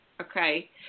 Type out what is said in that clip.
okay